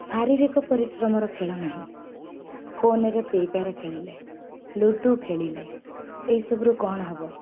ଶାରୀରିକ ପରିଶ୍ରମର ଖେଳ ନାହିଁ ଫୋନ୍ରେ ଫ୍ରି ଫାୟାର ଖେଳିଲେ ଲୁଡୁ ଖେଳିଲେ ଏହିସବୁରୁ କ'ଣ ହବ